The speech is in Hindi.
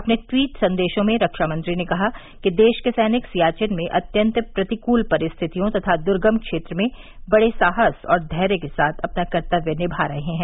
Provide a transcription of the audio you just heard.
अपने ट्वीट संदेशों में रक्षा मंत्री ने कहा कि देश के सैनिक सियाचिन में अत्यंत प्रतिकूल परिस्थितियों तथा द्र्गम क्षेत्र में बड़े साहस और धैर्य के साथ अपना कर्तव्य निभा रहे हैं